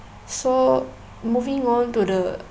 so moving on to the